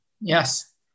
Yes